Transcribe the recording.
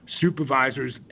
supervisors